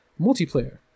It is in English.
multiplayer